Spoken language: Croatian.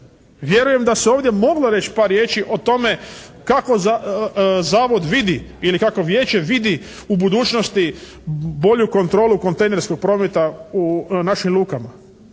Vjerujem da se ovdje moglo reći par riječi o tome kako zavod vidi ili kako vijeće vidi u budućnosti bolju kontrolu kontejnerskog prometa u našim lukama.